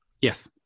Yes